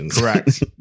Correct